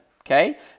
Okay